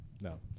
No